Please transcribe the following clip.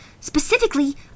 Specifically